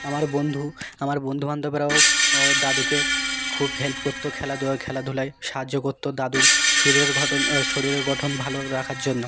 আমার বন্ধু আমার বন্ধু বান্ধবরাও ও দাদুকে খুব হেল্প করতো খেলাধুয়ায় খেলাধুলায় সাহায্য করতো দাদুর শরীরের গঠন শরীরের গঠন ভালো রাখার জন্য